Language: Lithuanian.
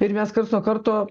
ir mes karts nuo karto